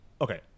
Okay